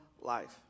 life